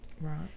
right